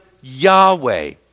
Yahweh